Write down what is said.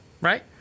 Right